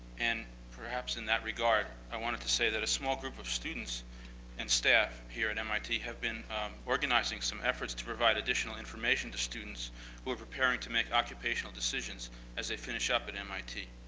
and perhaps in that regard, i wanted to say that a small group of students and staff here at mit have been organizing some efforts to provide additional information to students who are preparing to make occupational decisions as they finish up at mit.